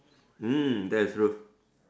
mm that is true